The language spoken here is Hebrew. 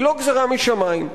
היא לא גזירה משמים.